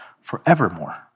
forevermore